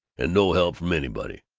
and no help from anybody.